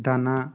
ଦାନା